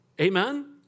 Amen